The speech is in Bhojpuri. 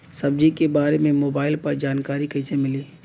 सब्जी के बारे मे मोबाइल पर जानकारी कईसे मिली?